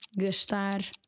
Gastar